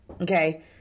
Okay